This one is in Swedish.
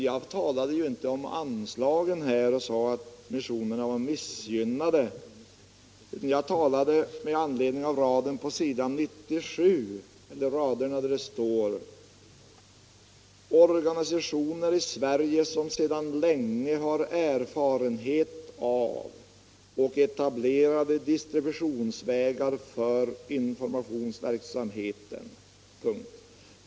Jag talade ju inte om anslagen och framhöll att missionerna skulle vara missgynnade utan jag yttrade mig med anledning av utskottets uttalande på s. 97, där det står: ”——— organisationer i Sverige som sedan länge har erfarenhet av och etablerade distributionsvägar för informationsverksamheten.